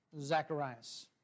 Zacharias